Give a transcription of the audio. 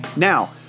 Now